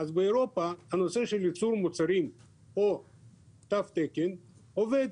אז באירופה, הנושא של ייצור מוצרים או תו תקן עובד